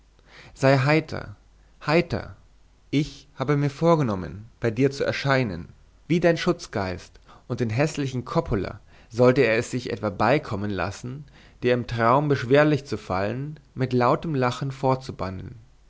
sei heiter heiter ich habe mir vorgenommen bei dir zu erscheinen wie dein schutzgeist und den häßlichen coppola sollte er es sich etwa beikommen lassen dir im traum beschwerlich zu fallen mit lautem lachen